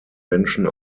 menschen